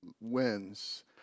wins